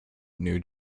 new